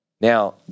Now